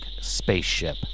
spaceship